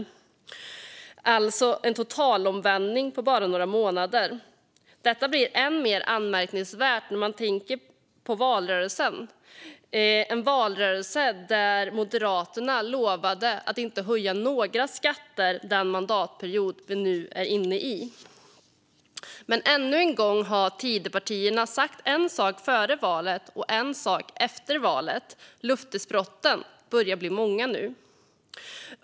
Det hade alltså skett en totalomvändning på bara några månader. Detta blir än mer anmärkningsvärt när man tänker på valrörelsen, där Moderaterna lovade att inte höja några skatter under den mandatperiod som vi nu är inne i. Men ännu en gång har Tidöpartierna sagt en sak före valet och en annan sak efter valet. Löftesbrotten börjar bli många nu.